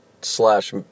slash